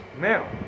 Now